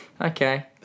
Okay